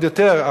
עוד יותר,